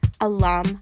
alum